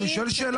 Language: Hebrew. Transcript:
אני שואל שאלה.